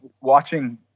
watching